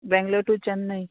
Bangalore to Chennai